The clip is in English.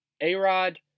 A-Rod